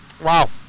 Wow